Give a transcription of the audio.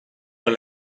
con